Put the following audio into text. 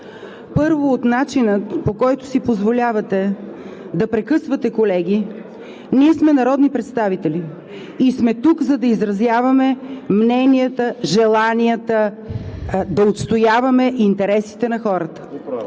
Първо, от начина, по който си позволявате да прекъсвате колеги. Ние сме народни представители и сме тук, за да изразяваме мненията, желанията, да отстояваме интересите на хората.